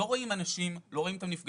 לא רואים אנשים, לא רואים את הנפגעים.